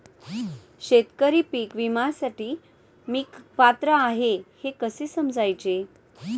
शेतकरी पीक विम्यासाठी मी पात्र आहे हे कसे समजायचे?